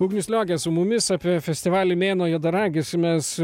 ugnius liogė su mumis apie festivalį mėnuo juodaragis mes